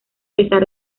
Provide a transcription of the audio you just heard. pesar